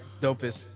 dopest